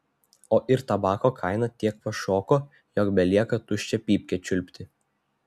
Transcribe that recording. o ir tabako kaina tiek pašoko jog belieka tuščią pypkę čiulpti